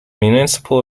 municipal